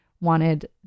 wanted